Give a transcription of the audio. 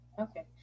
Okay